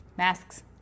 Masks